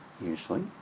Usually